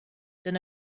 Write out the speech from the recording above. than